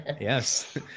yes